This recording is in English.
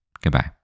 Goodbye